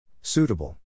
Suitable